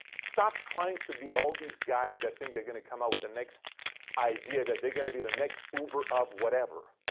stop trying to be all these guys that think they're going to come out with the next idea that they're going to be the next uber of whatever.